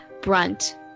brunt